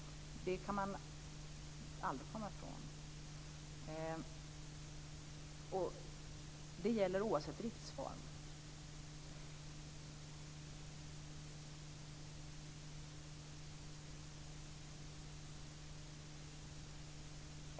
Det kan man aldrig komma ifrån. Det gäller oavsett driftsform.